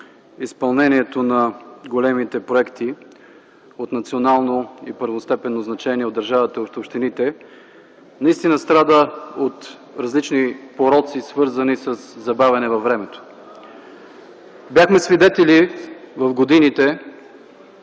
изпълнението на големите проекти от национално и първостепенно значение от държавата и общините страда от различни пороци, свързани със забавяне във времето. Бяхме свидетели в годините